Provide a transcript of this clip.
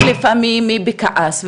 לפעמים היא בכעס,